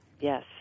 yes